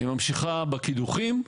היא ממשיכה בקידוחים.